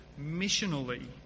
missionally